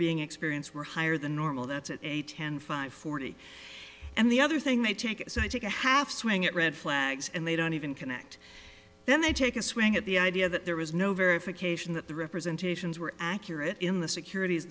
being experience were higher than normal that's at a ten five forty and the other thing they take take a half swing at red flags and they don't even connect then they take a swing at the idea that there was no verification that the representations were accurate in the securit